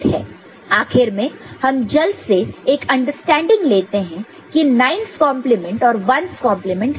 आखिर में हम जल्द से एक अंडरस्टैंडिंग लेते हैं की 9's कॉन्प्लीमेंट 9's complement और 1's कंप्लीमेंट 1's complement क्या है